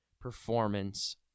performance